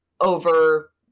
over